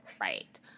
Right